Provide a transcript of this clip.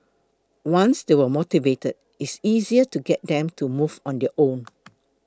once they are motivated it's easier to get them to move on their own